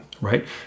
right